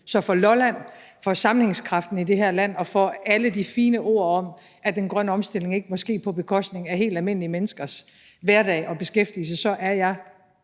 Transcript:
Så for Lolland, for sammenhængskraften i det her land og for alle de fine ord om, at den grønne omstilling ikke må ske på bekostning af helt almindelige menneskers hverdag og beskæftigelse, er jeg